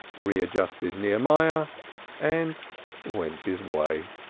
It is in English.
readjusted nehemiah and went his way.